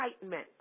excitement